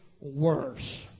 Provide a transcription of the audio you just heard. worse